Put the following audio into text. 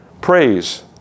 Praise